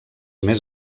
més